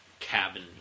cabin